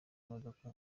imodoka